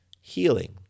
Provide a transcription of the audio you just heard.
healing